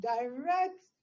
direct